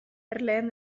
erleen